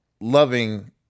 loving